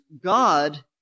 God